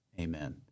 amen